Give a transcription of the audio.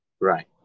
right